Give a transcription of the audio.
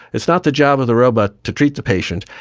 it's not the job of the robot to treat the patient,